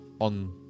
on